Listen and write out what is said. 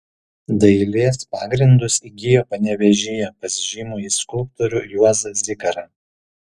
dailės pagrindus įgijo panevėžyje pas žymųjį skulptorių juozą zikarą